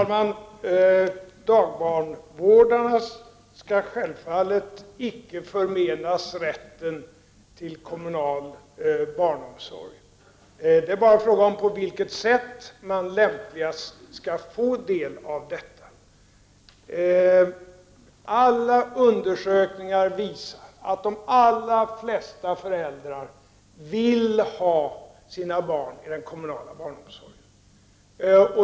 Herr talman! Dagbarnvårdarnas barn skall självfallet icke förmenas rätten till kommunal barnomsorg. Det är bara en fråga om på vilket sätt man lämpligast skall ge dem del av denna. Alla undersökningar visar att de allra flesta föräldrar vill ha sina barn inom den kommunala barnomsorgen.